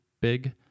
big